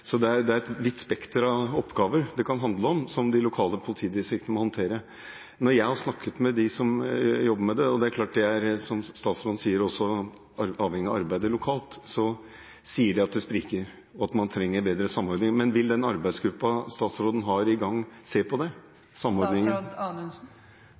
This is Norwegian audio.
Så det kan være et vidt spekter av oppgaver som de lokale politidistrikt må håndtere. Når jeg har snakket med dem som jobber med dette, og – som statsråden også sier – det er klart at det er avhengig av arbeidet lokalt, så sier de at det spriker, og at man trenger bedre samordning. Men vil den arbeidsgruppen statsråden har i gang, se på samordningen? Det